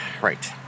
Right